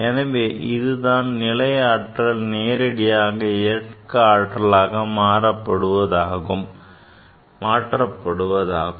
எனவே இதுதான் நிலை ஆற்றல் நேரடியாக இயக்க ஆற்றலாக மாற்றப்படுவதாகும்